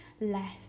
less